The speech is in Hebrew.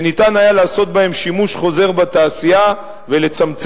שניתן היה לעשות בהם שימוש חוזר בתעשייה ולצמצם